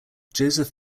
joseph